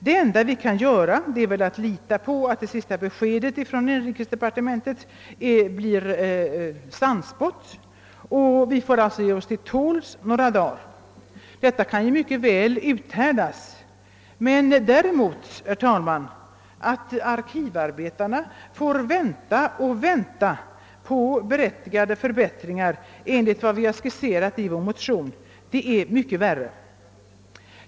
Det enda vi kan göra är att lita på att inrikesdepartementet nu blir sannspått, och vi får alltså ge oss till tåls några dagar. Detta kan mycket väl uthärdas; att arkivarbetarna får vänta på de berättigade förbättringar som vi skisserat i vår motion är mycket värre.